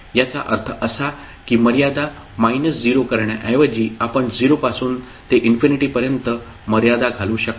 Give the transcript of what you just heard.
याचा अर्थ असा की मर्यादा 0 करण्याऐवजी आपण 0 पासून ते इन्फिनिटीपर्यंत मर्यादा घालू शकता